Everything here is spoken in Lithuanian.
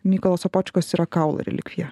mykolo sopočkos yra kaulo relikvija